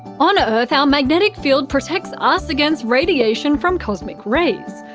on earth our magnetic field protects us against radiation from cosmic rays.